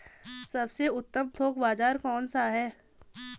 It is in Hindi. सबसे उत्तम थोक बाज़ार कौन सा है?